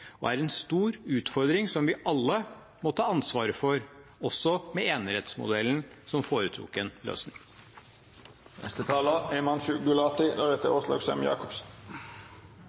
og er en stor utfordring som vi alle må ta ansvaret for, også med enerettsmodellen som